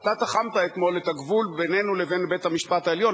אתה תחמת אתמול את הגבול בינינו לבין בית-המשפט העליון,